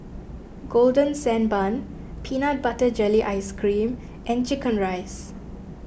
Golden Sand Bun Peanut Butter Jelly Ice Cream and Chicken Rice